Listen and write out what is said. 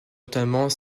notamment